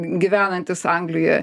gyvenantis anglijoje